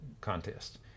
contest